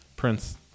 Prince